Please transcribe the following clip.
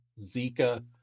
Zika